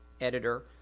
editor